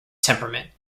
temperament